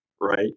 right